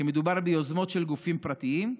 כי מדובר ביוזמות של גופים פרטיים,